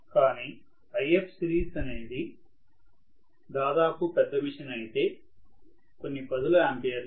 కానీ Ifseries అనేది దాదాపు పెద్ద మెషిన్ అయితే కొన్ని పదుల ఆంపియర్లు